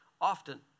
often